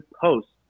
posts